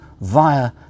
via